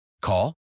Call